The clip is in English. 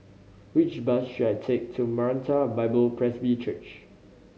which bus should I take to Maranatha Bible Presby Church